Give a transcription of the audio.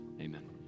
Amen